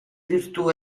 virtù